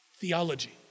theology